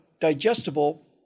digestible